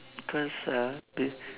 because uh